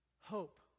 hope